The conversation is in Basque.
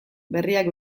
berriak